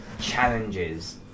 challenges